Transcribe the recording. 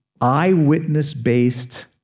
eyewitness-based